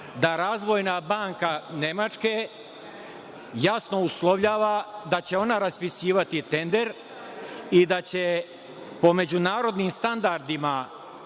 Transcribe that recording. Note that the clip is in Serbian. da Razvojna banka Nemačke jasno uslovljava da će ona raspisivati tender i da će po međunarodnim standardima